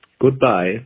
Goodbye